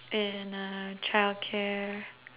and uh childcare